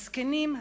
הזקנים,